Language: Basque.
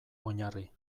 oinarri